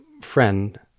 friend